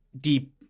deep